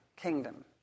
kingdom